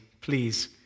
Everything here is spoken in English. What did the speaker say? please